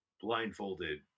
blindfolded